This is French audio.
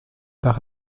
par